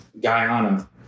Guyana